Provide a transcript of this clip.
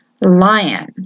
lion